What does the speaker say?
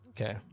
Okay